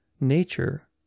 nature